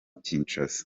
kinshasa